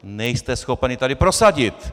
Nejste schopen ji tady prosadit!